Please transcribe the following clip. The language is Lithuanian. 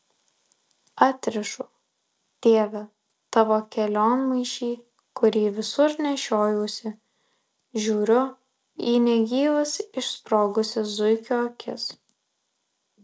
atrišu tėve tavo kelionmaišį kurį visur nešiojuosi žiūriu į negyvas išsprogusias zuikio akis